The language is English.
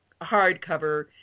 hardcover